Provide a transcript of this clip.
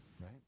right